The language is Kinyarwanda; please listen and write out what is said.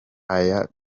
aya